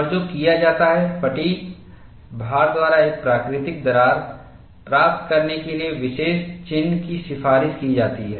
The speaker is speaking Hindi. और जो किया जाता है फ़ैटिग् भार द्वारा एक प्राकृतिक दरार प्राप्त करने के लिए विशेष चिह्न की सिफारिश की जाती है